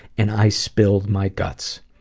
and i spilled my guts.